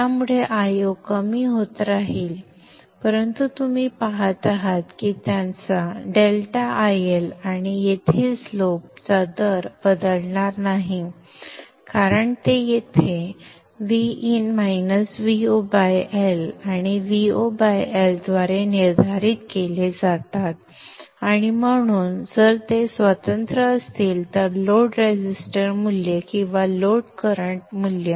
त्यामुळे Io कमी होत राहील परंतु तुम्ही पहात आहात की त्यांचा डेल्टा IL आणि येथील स्लोप चा दर बदलणार नाही कारण ते येथे Vin - Vo L आणि Vo L द्वारे निर्धारित केले जातात आणि म्हणून जर ते स्वतंत्र असतील तर लोड रेझिस्टर मूल्य किंवा लोड करंट मूल्य